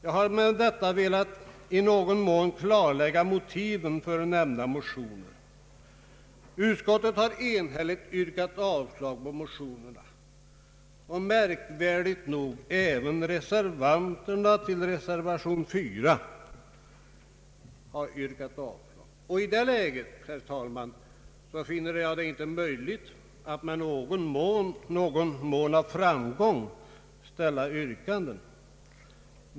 Jag har med detta i någon mån velat klarlägga motiven för nämnda motioner. Statsutskottet har enhälligt yrkat avslag på motionerna, och det har märkligt nog även reservanterna bakom reservation 4 gjort. I det läget finner jag det inte möjligt att med någon framgång ställa ett yrkande.